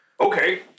Okay